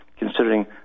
considering